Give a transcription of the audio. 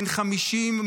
בן 50,